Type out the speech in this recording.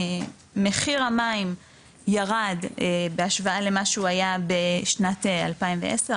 מחיר המים ירד בהשוואה למה שהוא היה בשנת 2010,